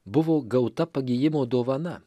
buvo gauta pagijimo dovana